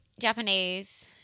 Japanese